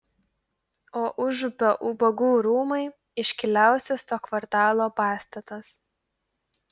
o užupio ubagų rūmai iškiliausias to kvartalo pastatas